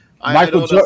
Michael